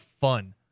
fun